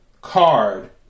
card